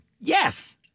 Yes